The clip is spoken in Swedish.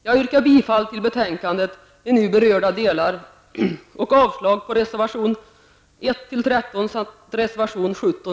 Jag yrkar bifall till utskottets hemställan i nu berörda delar och avslag på reservationerna 1--13